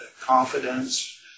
confidence